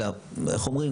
אלא איך אומרים?